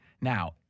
Now